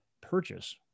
purchase